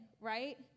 right